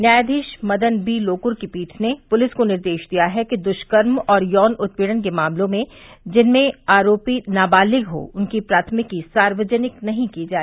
न्यायाधीश मदन बी लोकुर की पीठ ने पुलिस को निर्देश दिया है कि दुष्कर्म और यौन उत्पीड़न के मामलों में जिनमें आरोपी नाबालिग हो उनकी प्राथमिकी सार्वजनिक नहीं की जाए